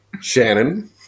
Shannon